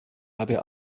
habe